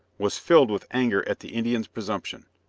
was filled with anger at the indian's presumption.